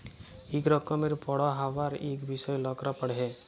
ইক রকমের পড়্হাবার ইক বিষয় লকরা পড়হে